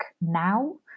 now